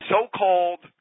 So-called